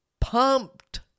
pumped